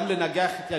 גם כדי לנגח את,